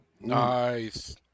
nice